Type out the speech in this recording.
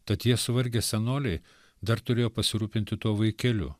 tad jie suvargę senoliai dar turėjo pasirūpinti tuo vaikeliu